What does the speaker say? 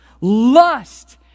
Lust